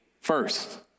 first